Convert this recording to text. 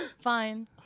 Fine